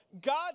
God